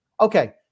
Okay